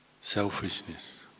selfishness